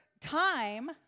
time